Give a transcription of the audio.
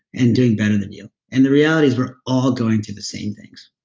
and doing better than you. and the reality is we're all going through the same things.